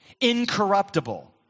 incorruptible